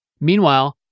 Meanwhile